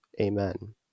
Amen